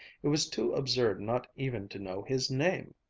it was too absurd not even to know his name!